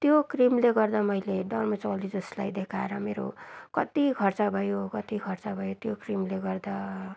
त्यो क्रिमले गर्दा मैले डर्मेटोलोजिस्टलाई देखाएर मेरो कति खर्च भयो कति खर्च भयो त्यो क्रिमले गर्दा